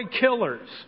killers